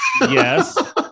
Yes